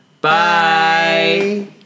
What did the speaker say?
Bye